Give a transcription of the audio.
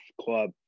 club